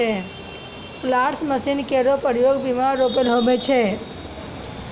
planters machine केरो प्रयोग बीया रोपै ल होय छै